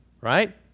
right